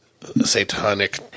satanic